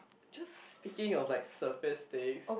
just speaking of like surface things